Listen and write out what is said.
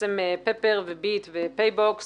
שבעצם פפר, ביט ופייבוקס